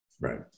Right